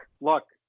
look